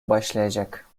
başlayacak